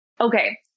Okay